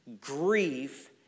grief